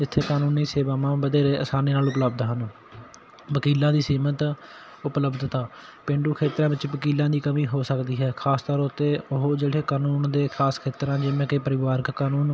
ਜਿੱਥੇ ਕਾਨੂੰਨੀ ਸੇਵਾਵਾਂ ਵਧੇਰੇ ਆਸਾਨੀ ਨਾਲ ਉਪਲਬਧ ਹਨ ਵਕੀਲਾਂ ਦੀ ਸੀਮਿਤ ਉਪਲਬਧਤਾ ਪੇਂਡੂ ਖੇਤਰਾਂ ਵਿੱਚ ਵਕੀਲਾਂ ਦੀ ਕਮੀ ਹੋ ਸਕਦੀ ਹੈ ਖਾਸ ਤੌਰ 'ਤੇ ਉਹ ਜਿਹੜੇ ਕਾਨੂੰਨ ਦੇ ਖਾਸ ਖੇਤਰਾਂ ਜਿਵੇਂ ਕਿ ਪਰਿਵਾਰਕ ਕਾਨੂੰਨ